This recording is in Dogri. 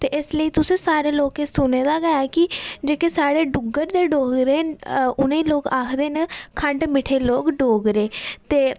ते इस लेई तुसें सारें लोकें सुने दा ऐ गै कि जेह्के साढ़े डुग्गर दे डोगरे न उ'नेंई लोक आखदे न खंड मिट्ठे लोक डोगरे ते